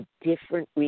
different